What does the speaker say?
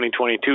2022